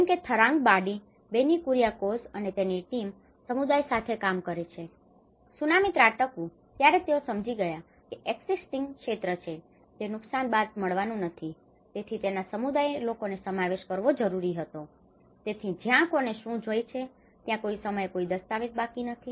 જેમ કે થરાંગંબાડી બેની કુરિઆ કોઝ અને તેની ટીમ સમુદાયો સાથે કામ કરે છે ત્સુનામી ત્રાટક્યું ત્યારે જ તેઓ સમજી ગયા હતા કે જે એક્સિસ્ટીંગ existing હયાત ક્ષેત્ર છે તે નુકસાન બાદ મળવાનું પણ નથી તેથી તેમના સમુદાયના લોકોને સમાવેશ કરવો જરૂરી હતો અને તેથી જ્યાં કોને શું જોઈએ છે ત્યાં કોઈ સમયે કોઈ દસ્તાવેજ બાકી નથી